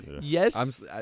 Yes